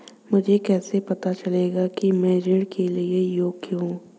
मुझे कैसे पता चलेगा कि मैं ऋण के लिए योग्य हूँ?